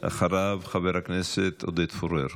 אחריו, חבר הכנסת עודד פורר.